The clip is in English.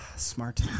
smart